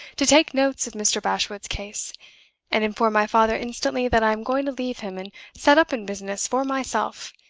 to take notes of mr. bashwood's case and inform my father instantly that i am going to leave him and set up in business for myself,